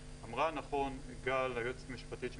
אמרה נכון גל, היועצת המשפטית של